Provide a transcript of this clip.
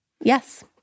Yes